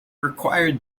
required